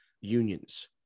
unions